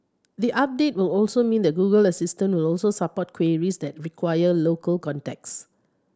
the update will also mean that Google Assistant will also support queries that require local context